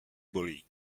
bolí